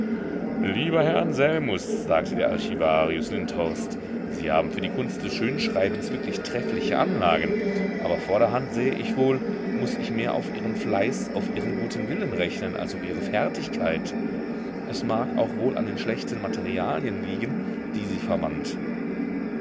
lieber herr anselmus sagte der archivarius lindhorst sie haben für die kunst des schönschreibens wirklich treffliche anlagen aber vorderhand sehe ich wohl muß ich mehr auf ihren fleiß auf ihren guten willen rechnen als auf ihre fertigkeit es mag auch wohl an den schlechten materialien liegen die sie verwandt